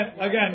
again